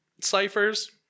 ciphers